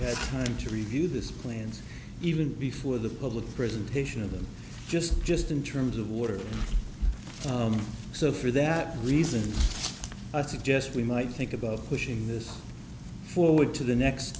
had time to review this plans even before the public presentation of them just just in terms of water so for that reason i suggest we might think about pushing this forward to the next